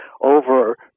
over